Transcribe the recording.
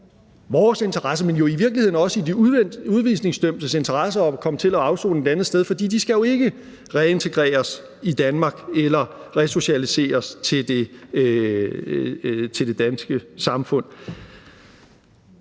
vores interesse, men i virkeligheden også i de udvisningsdømtes interesse at komme til at afsone et andet sted, for de skal jo ikke reintegreres i Danmark eller resocialiseres til det danske samfund.